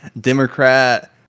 democrat